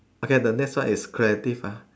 okay the next one is creative ah